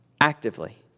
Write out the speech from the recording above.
actively